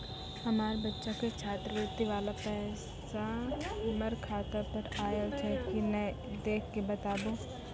हमार बच्चा के छात्रवृत्ति वाला पैसा हमर खाता पर आयल छै कि नैय देख के बताबू?